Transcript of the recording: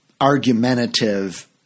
argumentative